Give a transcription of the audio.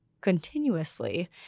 continuously